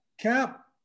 cap